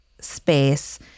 space